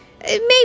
Maybe